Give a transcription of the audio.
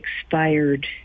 expired